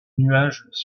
nuages